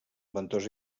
ventosa